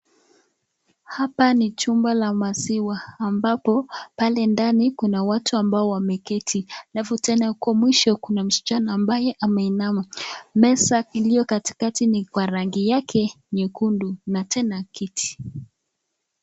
Hapa ni chumba la maziwa ambapo pale ndani kuna watu ambao wameketi alafu tena huko mwisho kuna msichana ambaye ameinama. Meza iliyo katikati ni kwa rangi yake nyekundu na tena kiti.